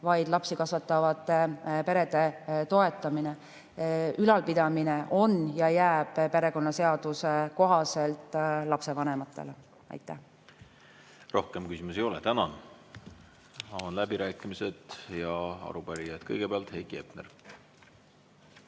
vaid lapsi kasvatavate perede toetamine. Ülalpidamine on ja jääb perekonnaseaduse kohaselt lapsevanematele. Rohkem küsimusi ei ole. Tänan! Avan läbirääkimised ja arupärijad kõigepealt. Heiki Hepner,